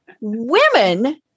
Women